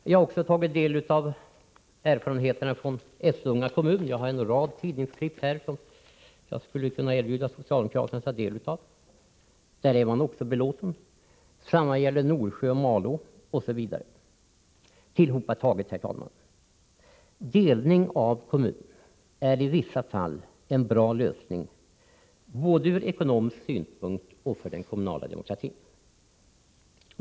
Jag har också tagit del av erfarenheterna från Essunga kommun, där man är belåten. Detsamma gäller Norsjö-Malå osv. Jag har en rad tidningsklipp här som jag skulle kunna erbjuda socialdemokraterna att ta del av. Tillhopataget, herr talman: Delning av kommun är i vissa fall en bra lösning både ur ekonomisk synvinkel och för den kommunala demokratin.